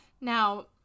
Now